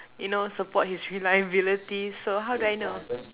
you know support his reliability so how do I know